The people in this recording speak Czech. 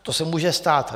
To se může stát.